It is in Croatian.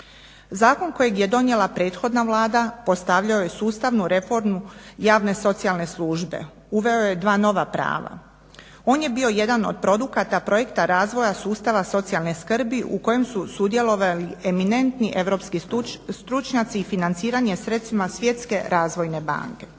Zakon kojeg je donijela prethodna Vlada postavljao je sustavnu reformu javne socijalne službe, uveo je dva nova prava. On je bio jedan od produkata projekta razvoja sustava socijalne skrbi u kojem su sudjelovali eminentni europski stručnjaci i financiranje sredstvima Svjetske razvojne banke,